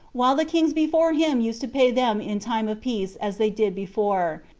while the kings before him used to pay them in time of peace as they did before,